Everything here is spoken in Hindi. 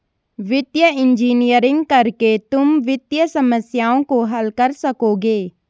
वित्तीय इंजीनियरिंग करके तुम वित्तीय समस्याओं को हल कर सकोगे